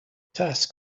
task